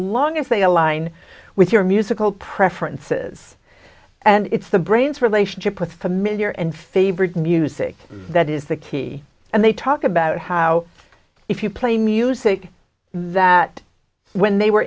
long as they align with your musical preferences and it's the brain's relationship with familiar and favorite music that is the key and they talk about how if you play music that when they were